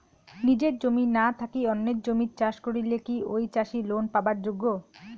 নিজের জমি না থাকি অন্যের জমিত চাষ করিলে কি ঐ চাষী লোন পাবার যোগ্য?